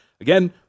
Again